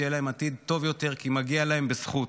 שיהיה להם עתיד טוב יותר כי מגיע להם בזכות.